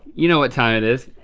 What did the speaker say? you know what time it is.